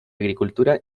agricultura